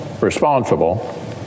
responsible